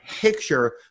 picture